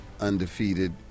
undefeated